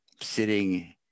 sitting